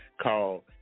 called